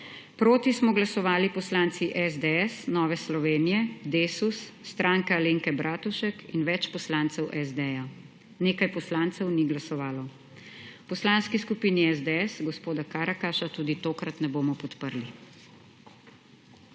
Proti smo glasovali poslanci SDS, NSi, Desus, SAB in več poslancev SD, nekaj poslancev ni glasovalo. V Poslanski skupini SDS gospoda Karakaša tudi tokrat ne bomo podprli.